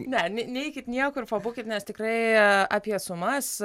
ne neikit niekur pabūkit nes tikrai apie sumas